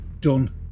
done